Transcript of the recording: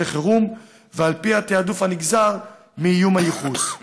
לחירום ועל פי התעדוף הנגזר מאיום הייחוס.